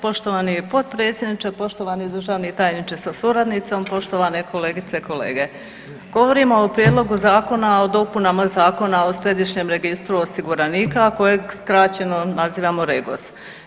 Poštovani potpredsjedniče, poštovani državni tajniče sa suradnicom, poštovane kolegice i kolege, govorim o Prijedlogu Zakona o dopunama Zakona o središnjem registru osiguranika, a kojeg skraćeno nazivamo REGOS.